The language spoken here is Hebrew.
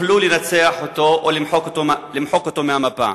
תוכלו לנצח אותו ולמחוק אותו מהמפה.